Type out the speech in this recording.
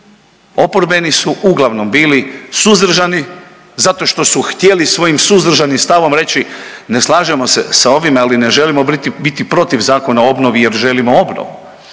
Oporbeni su uglavnom bili suzdržani zato što su htjeli svojim suzdržanim stavom reći ne slažemo se s ovim, ali ne želimo biti protiv Zakona o obnovi jer želimo obnovu.